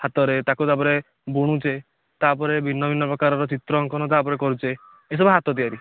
ହାତରେ ତାକୁ ତାପରେ ବୁଣୁଛେ ତାପରେ ଭିନ୍ନ ଭିନ୍ନ ପ୍ରକରର ଚିତ୍ର ଅଙ୍କନ ତା ଉପରେ କରୁଛେ ଏ ସବୁ ହାତ ତିଆରି